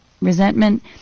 resentment